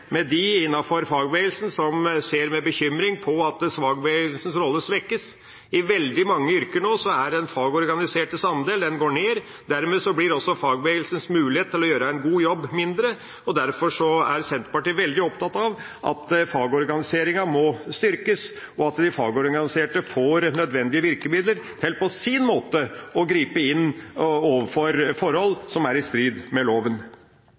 fagbevegelsen som ser med bekymring på at fagbevegelsens rolle svekkes. I veldig mange yrker går andelen fagorganiserte nå ned. Dermed blir også fagbevegelsens mulighet til å gjøre en god jobb mindre. Derfor er Senterpartiet veldig opptatt av at fagorganiseringen må styrkes, og at de fagorganiserte får nødvendige virkemidler til på sin måte å gripe inn overfor forhold som er i strid med loven.